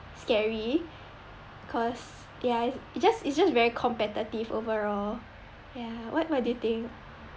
scary cause ya it just its just very competitive overall ya what what do you think